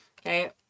Okay